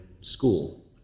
school